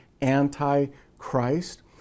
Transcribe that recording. anti-Christ